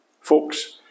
folks